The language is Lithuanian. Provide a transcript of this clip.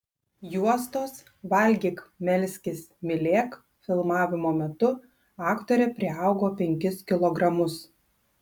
juostos valgyk melskis mylėk filmavimo metu aktorė priaugo penkis kilogramus